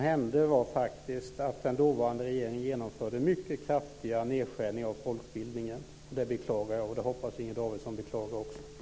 Herr talman! Det som hände var faktiskt att den dåvarande regeringen genomförde mycket kraftiga nedskärningar inom folkbildningen. Det beklagar jag. Det hoppas jag att också Inger Davidson beklagar.